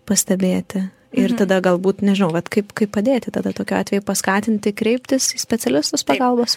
pastebėti ir tada galbūt nežinau vat kaip kaip padėti tada tokiu atveju paskatinti kreiptis į specialistus pagalbos